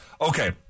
Okay